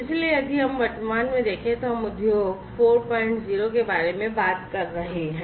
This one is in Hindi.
इसलिए यदि हम वर्तमान में देखें तो हम उद्योग 40 के बारे में बात कर रहे हैं